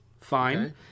Fine